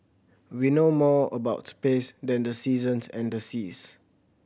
we know more about space than the seasons and the seas